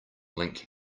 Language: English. link